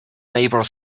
neighbor